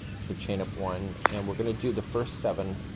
so chain up one, and we're gonna do the first seven.